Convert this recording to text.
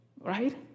right